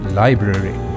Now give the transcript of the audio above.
library